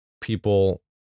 people